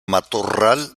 matorral